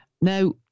Now